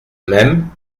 même